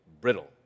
brittle